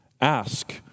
ask